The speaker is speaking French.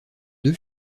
deux